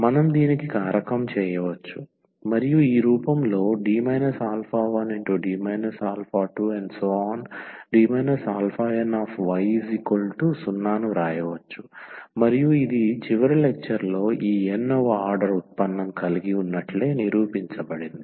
మనం దీనికి కారకం చేయవచ్చు మరియు ఈ రూపంలో D 1D 2⋯y0 ను వ్రాయవచ్చు మరియు ఇది చివరి లెక్చర్లో ఈ n వ ఆర్డర్ ఉత్పన్నం కలిగి ఉన్నట్లే నిరూపించబడింది